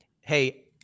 Hey